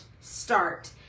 start